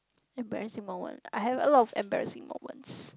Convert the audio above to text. embarrassing moment I have a lot of embarrassing moments